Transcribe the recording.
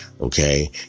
Okay